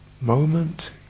moment